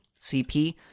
cp